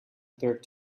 third